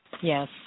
Yes